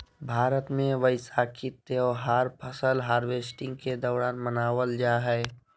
भारत मे वैसाखी त्यौहार फसल हार्वेस्टिंग के दौरान मनावल जा हय